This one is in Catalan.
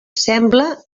sembla